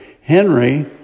Henry